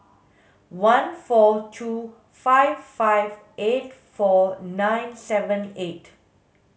one four two five five eight four nine seven eight